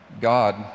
God